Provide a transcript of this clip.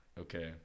Okay